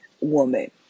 woman